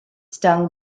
stung